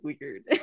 weird